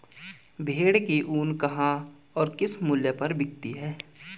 भेड़ की ऊन कहाँ और किस मूल्य पर बिकती है?